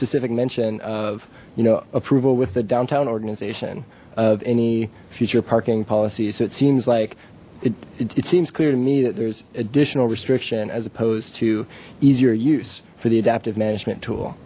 specific mention of you know approval with the downtown organization of any future parking policy so it seems like it seems clear to me that there's additional restriction as opposed to easier use for the adaptive management tool